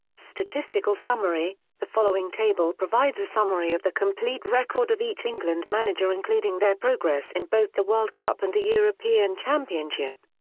statistical summary the following table provides a summary of the complete record of each england manager including their progress in both the world cup and the european championship.